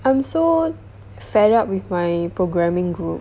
I'm so fed up with my programming group